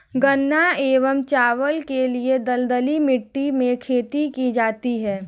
गन्ना एवं चावल के लिए दलदली मिट्टी में खेती की जाती है